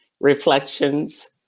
reflections